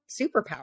superpower